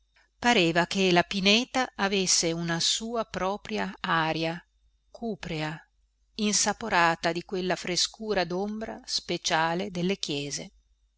pareva che la pineta avesse una sua propria aria cuprea insaporata di quella frescura dombra speciale delle chiese